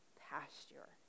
pasture